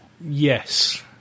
Yes